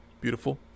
beautiful